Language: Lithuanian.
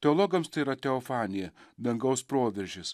teologams tai yra teofanija dangaus proveržis